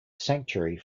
sanctuary